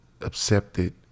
accepted